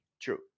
True